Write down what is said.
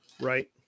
Right